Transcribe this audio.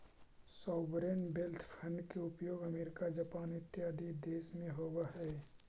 sovereign wealth fund के उपयोग America Japan इत्यादि देश में होवऽ हई